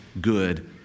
good